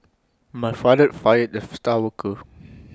my father fired the star worker